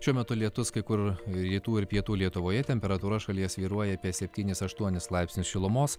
šiuo metu lietus kai kur rytų ir pietų lietuvoje temperatūra šalyje svyruoja apie septynis aštuonis laipsnius šilumos